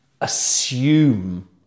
assume